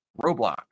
Roblox